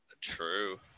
True